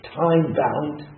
time-bound